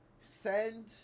send